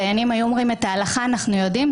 הדיינים היו אומרים שאת ההלכה הם יודעים,